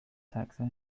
taxi